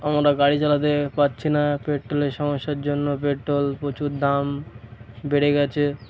আমরা গাড়ি চালাতে পারছি না পেট্রোলের সমস্যার জন্য পেট্রোল প্রচুর দাম বেড়ে গিয়েছে